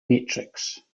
matrix